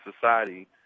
society